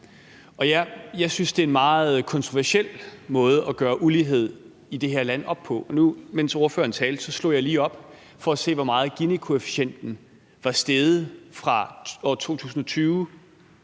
Jeg synes, det er en meget kontroversiel måde at gøre ulighed i det her land op på. Og nu, mens ordføreren talte, slog jeg lige op for at se, hvor meget Ginikoefficienten var steget fra år 2020